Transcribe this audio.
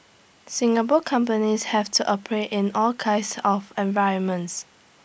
Singapore companies have to operate in all kinds of environments